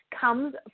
comes